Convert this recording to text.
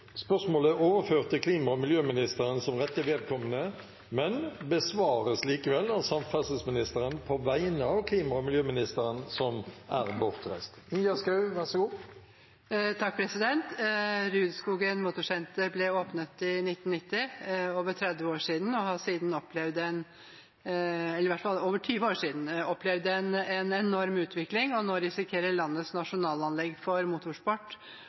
er overført til klima- og miljøministeren som rette vedkommende. Spørsmålet besvares imidlertid av samferdselsministeren på vegne av klima- og miljøministeren, som er bortreist. «Rudskogen motorsenter ble åpnet i 1990 og har siden opplevd en enorm utvikling. Nå risikerer landets nasjonalanlegg for motorsport å måtte stenge portene, fordi Statsforvalteren i